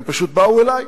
הם פשוט באו אלי,